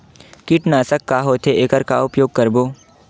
कीटनाशक का होथे एखर का उपयोग करबो?